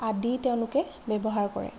আদি তেওঁলোকে ব্যৱহাৰ কৰে